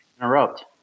interrupt